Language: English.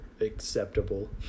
acceptable